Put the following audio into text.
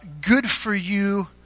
good-for-you